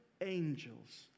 angels